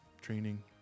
training